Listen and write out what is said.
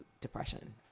depression